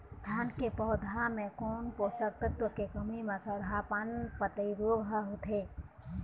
धान के पौधा मे कोन पोषक तत्व के कमी म सड़हा पान पतई रोग हर होथे?